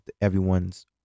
everyone's